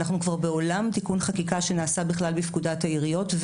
אנחנו כבר בעולם תיקון חקיקה שנעשה בכלל בפקודת העיריות,